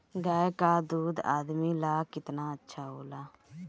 गाय का दूध आदमी ला कितना अच्छा होला?